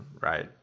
right